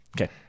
Okay